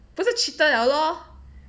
不是 cheater liao lor